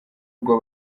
rwa